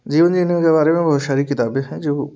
जीवन जीने के बारे में बहुत सारी किताबें हैं जो